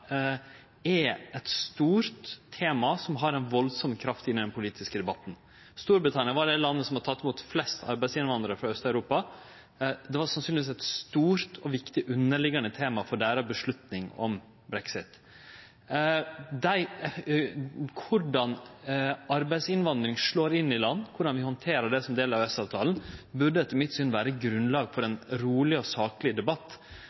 er eit stort tema som har ei veldig kraft inn i den politiske debatten. Storbritannia var det landet som hadde teke imot flest arbeidsinnvandrarar frå Aust-Europa. Det var sannsynlegvis eit stort og viktig underliggjande tema for deira avgjerd om brexit. Korleis arbeidsinnvandring slår inn i land, og korleis vi handterer det som ein del av EØS-avtalen, burde etter mitt syn vere grunnlaget for ein roleg og sakleg debatt